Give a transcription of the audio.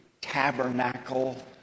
tabernacle